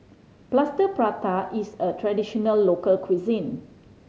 Plaster Prata is a traditional local cuisine